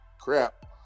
crap